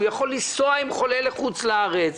הוא יכול לנסוע עם חולה לחוץ לארץ,